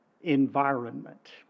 environment